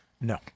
No